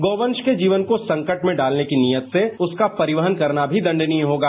गौ वंश के जीवन को संकट में डालने की नियत से उसका परिवहन करना भी दंडनीय होगा